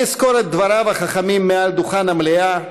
אני אזכור את דבריו החכמים מעל דוכן המליאה,